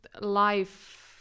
life